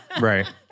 Right